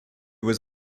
was